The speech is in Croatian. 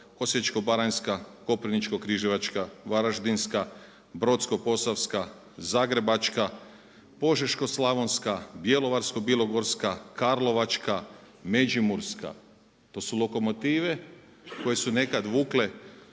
Osječko-baranjska, Koprivničko-križevačka, Varaždinska, Brodsko-posavska, Zagrebačka, Požeško-slavonska, Bjelovarsko-bilogorska, Karlovačka, Međimurska. To su lokomotive koje su nekad vukle